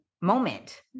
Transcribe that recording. moment